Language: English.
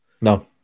no